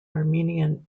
armenian